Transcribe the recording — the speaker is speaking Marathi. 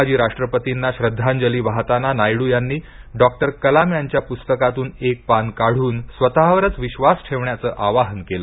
माजी राष्ट्रपतींना श्रद्धांजली वाहताना नायडू यांनी डॉक्टर कलाम यांच्या पुस्तकातून एक पान काढून स्वतःवरच विश्वास ठेवण्याचे आवाहन केले